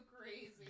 crazy